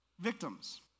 victims